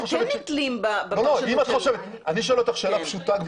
אני אשאל אותך שאלה פשוטה.